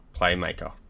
playmaker